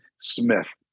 Smith